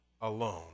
alone